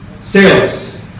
sales